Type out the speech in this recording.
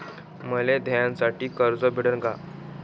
मले धंद्यासाठी कर्ज भेटन का?